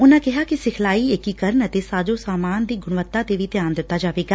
ਉਨੂਾ ਕਿਹਾ ਕਿ ਸਿਖਲਾਈ ਏਕੀਕਰਨ ਅਤੇ ਸਾਜੋ ਸਾਮਾਨ ਦੀ ਗੁਣਵਤਾ ਤੇ ਵੀ ਧਿਆਨ ਦਿੱਤਾ ਜਾਵੇਗਾ